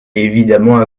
évidemment